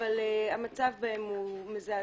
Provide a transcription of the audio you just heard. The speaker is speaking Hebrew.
אבל המצב בהן הוא מזעזע.